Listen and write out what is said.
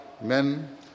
men